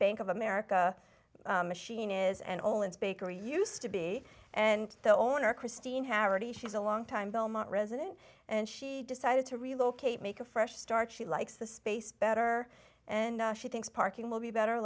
bank of america machine is and all its bakery used to be and the owner christine haverty she's a longtime belmont resident and she decided to relocate make a fresh start she likes the space better and she thinks parking will be better